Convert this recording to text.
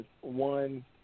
one